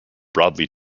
broadly